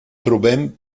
trobem